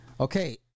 Okay